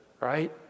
Right